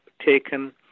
taken